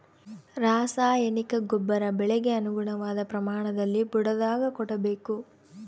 ರಾಸಾಯನಿಕ ಗೊಬ್ಬರ ಬೆಳೆಗೆ ಅನುಗುಣವಾದ ಪ್ರಮಾಣದಲ್ಲಿ ಬುಡದಾಗ ಕೊಡಬೇಕು